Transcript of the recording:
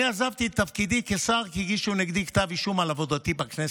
אני עזבתי את תפקידי כשר כי הגישו נגדי כתב אישום על עבודתי בכנסת,